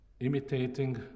imitating